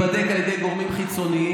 להיבדק על ידי גורמים חיצוניים.